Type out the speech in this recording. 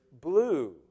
blue